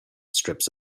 strips